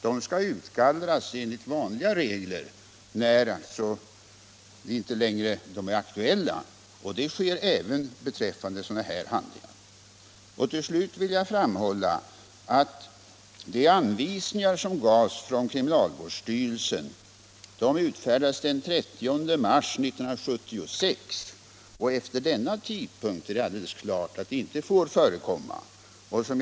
De skall utgallras enligt vanliga regler, när de inte längre är aktuella, och det sker även beträffande sådana handlingar som behandlingsjournaler. Till slut vill jag framhålla att kriminalvårdsstyrelsens anvisningar utfärdades den 30 mars 1976. Efter denna tidpunkt är det alldeles klart att det inte får förekomma diskriminerande uttryck.